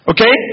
Okay